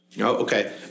okay